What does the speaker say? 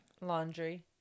Laundry